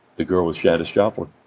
the girl was janis joplin.